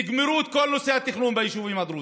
תגמרו את כל נושא התכנון ביישובים הדרוזיים.